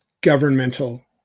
governmental